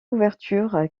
ouvertures